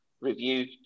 review